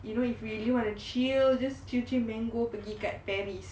you know if you really want to chill chill mango pergi dekat paris